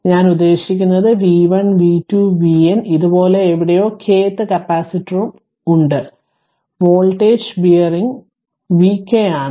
ഞാൻ ഉദ്ദേശിക്കുന്നത് v1 v2 vn ഇതുപോലുള്ള എവിടെയോ kth കപ്പാസിറ്ററും അവിടെയുണ്ട് വോൾട്ടേജ് ബെയറിംഗ് vk ആണ്